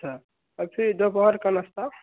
अच्छा आ फिर दोपहर का नाश्ता